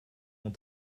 ont